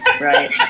right